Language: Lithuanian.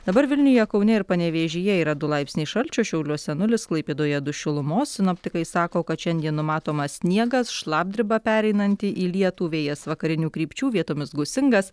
dabar vilniuje kaune ir panevėžyje yra du laipsniai šalčio šiauliuose nulis klaipėdoje du šilumos sinoptikai sako kad šiandien numatomas sniegas šlapdriba pereinanti į lietų vėjas vakarinių krypčių vietomis gūsingas